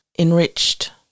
enriched